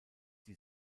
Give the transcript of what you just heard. die